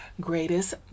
greatest